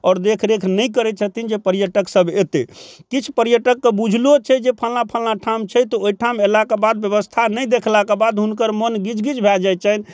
आओर देख रेख नहि करै छथिन जे पर्यटक सब एतय किछु पर्यटकके बुझलो छै जे फलना फलना ठाम छै तऽ ओइठाम अयलाके बाद व्यवस्था नहि देखलाके बाद हुनकर मोन गिजगिज भऽ जाइ छनि